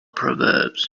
proverbs